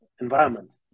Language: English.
environment